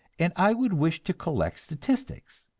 and i would wish to collect statistics,